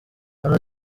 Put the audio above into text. hano